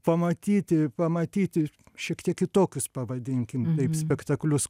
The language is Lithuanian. pamatyti pamatyti šiek tiek kitokius pavadinkim taip spektaklius